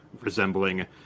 resembling